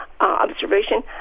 observation